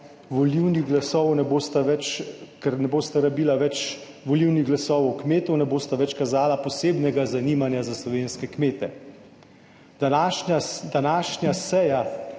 volilnih glasov ne bosta več, ker ne bosta rabila več volilnih glasov kmetov, ne bosta več kazala posebnega zanimanja za slovenske kmete. Današnja seja,